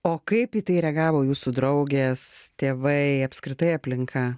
o kaip į tai reagavo jūsų draugės tėvai apskritai aplinka